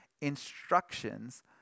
instructions